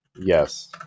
Yes